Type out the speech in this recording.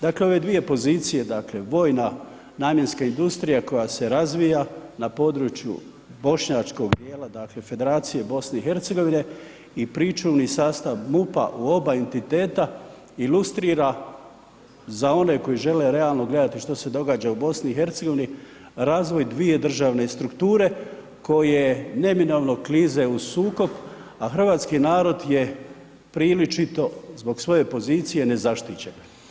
Dakle, ove dvije pozicije dakle vojna namjenska industrija koja se razvija na području bošnjačkog dijela dakle Federacije BiH i pričuvni sastav MUP-a u oba entiteta ilustrira za one koji žele realno gledati što se događa u BiH razvoj dvije državne strukture koje neminovno klize u sukob, a hrvatski narod je priličito zbog svoje pozicije nezaštićen.